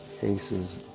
cases